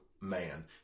man